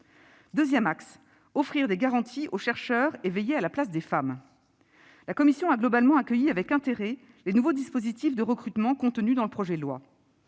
Deuxième axe : offrir des garanties aux chercheurs et veiller à la place des femmes. La commission a globalement accueilli avec intérêt les nouveaux dispositifs de recrutement contenus dans le projet de loi.